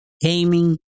gaming